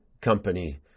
company